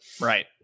Right